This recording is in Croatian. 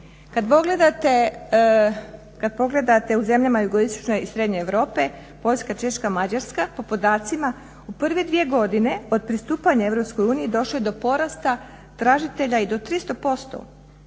Kad pogledate u zemljama jugoistočne i srednje Europe Poljska, Češka, Mađarska po podacima u prve dvije godine od pristupanja EU došlo je do porasta tražitelja i do 300%,